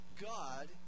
God